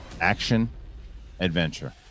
Action-Adventure